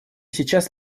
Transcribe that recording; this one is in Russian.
сейчас